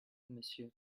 monsieur